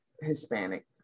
Hispanic